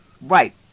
Right